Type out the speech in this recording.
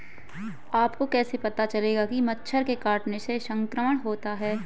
आपको कैसे पता चलेगा कि मच्छर के काटने से संक्रमण होता है?